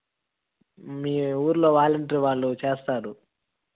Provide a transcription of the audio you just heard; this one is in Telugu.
మీ ఊరిలో వాలెంటరీ వాళ్ళు చేస్తారు